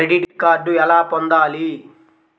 Credit card ఎలా పొందాలి?